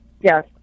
Yes